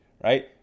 right